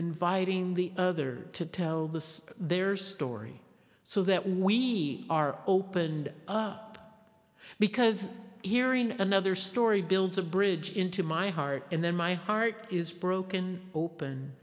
inviting the other to tell the there's story so that we are opened up because hearing another story builds a bridge into my heart and then my heart is broken open